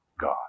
God